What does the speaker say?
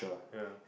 ya